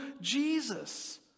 Jesus